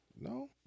No